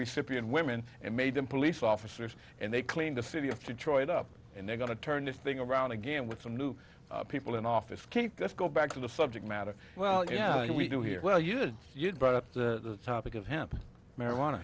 recipient women and made them police officers and they cleaned the city of detroit up and they're going to turn this thing around again with some new people in office can't just go back to the subject matter well you know we do here well you did you brought up the topic of him marijuana